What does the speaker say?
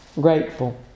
grateful